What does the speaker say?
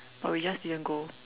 but we just didn't go